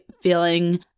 feeling